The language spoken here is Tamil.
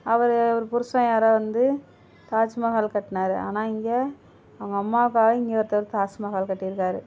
அவர் அவர் புருஷன் வேறு வந்து தாஜ்மஹாலை கட்டினாரு ஆனால் இங்கே அவங்க அம்மாவுக்காக இங்கே ஒருத்தர் தாஜ்மஹால் கட்டியிருக்காரு